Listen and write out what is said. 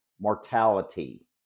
mortality